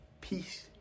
peace